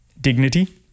dignity